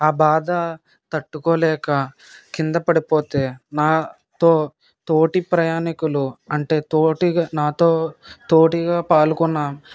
ఆ భాధ తట్టుకోలేక కింద పడిపోతే నాతో తోటి ప్రయాణికులు అంటే తోటిగా నాతో తోటిగా పాల్గొన్న